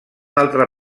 altre